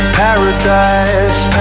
paradise